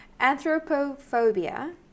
Anthropophobia